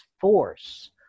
force